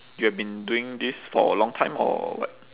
you have been doing this for a long time or what